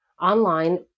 online